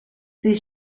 sie